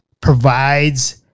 provides